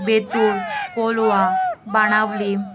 Betul Colva Benaulim